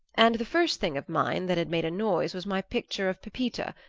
and the first thing of mine that had made a noise was my picture of pepita,